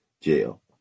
jail